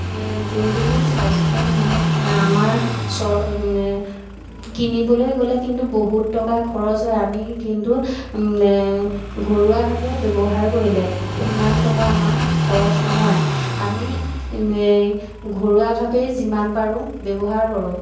জন্তুবোৰৰ স্বাস্থ্যৰ নামত আমাৰ কিনিবলৈ গ'লে কিন্তু বহুত টকা খৰচ হয় আমি কিন্তু ঘৰুৱাভাৱে ব্যৱহাৰ কৰিলে সিমান টকা আমাৰ খৰচ নহয় আমি ঘৰুৱাভাৱেই যিমান পাৰোঁ ব্যৱহাৰ কৰোঁ